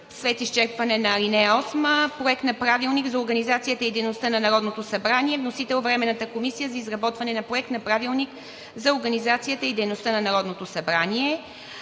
Ние идваме!“ също няма. 3. Проект на Правилник за организацията и дейността на Народното събрание. Вносител – Временната комисия за изработване на Проект на правилник за организацията и дейността на Народното събрание.